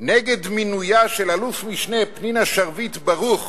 נגד מינויה של אלוף-משנה פנינה שרביט ברוך